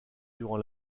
durant